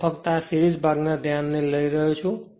ત્યાં ફક્ત હું આ સીરીજના ભાગને ધ્યાનમાં લઈ રહ્યો છું